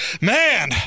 Man